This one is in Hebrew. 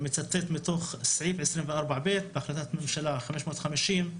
אני מצטט מתוך סעיף 24ב' בהחלטת ממשלה 550: